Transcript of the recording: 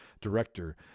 director